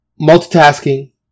multitasking